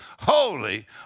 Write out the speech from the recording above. holy